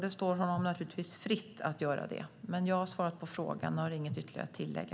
Det står honom naturligtvis fritt att göra det, men jag har svarat på frågan och har inget ytterligare att tillägga.